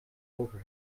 over